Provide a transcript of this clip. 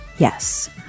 Yes